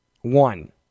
One